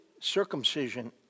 circumcision